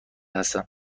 هستم